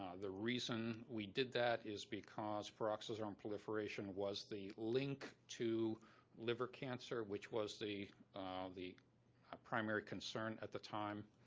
the reason we did that is because peroxisome um proliferation was the link to liver cancer, which was the the primary concern at the time.